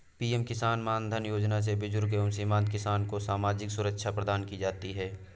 PM Kisan Maandhan Yojana से बुजुर्ग एवं सीमांत किसान को सामाजिक सुरक्षा प्रदान की जाती है